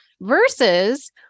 versus